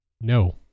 No